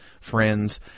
friends